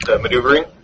maneuvering